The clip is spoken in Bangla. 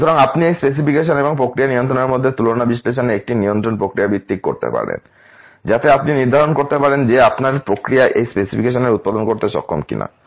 সুতরাং আপনি এই স্পেসিফিকেশন এবং প্রক্রিয়া নিয়ন্ত্রণের মধ্যে তুলনা বিশ্লেষণে একটি নিয়ন্ত্রণ প্রক্রিয়া ভিত্তিক করতে পারেন যাতে আপনি নির্ধারণ করতে পারেন যে আপনার প্রক্রিয়া এই স্পেসিফিকেশন উৎপাদন করতে সক্ষম কিনা